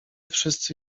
wszyscy